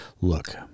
look